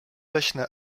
leśne